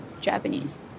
Japanese